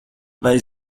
vai